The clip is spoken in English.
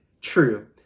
true